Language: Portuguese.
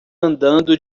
andando